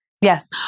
Yes